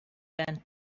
bent